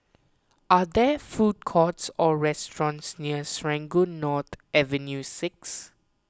are there food courts or restaurants near Serangoon North Avenue six